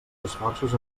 esforços